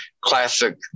classic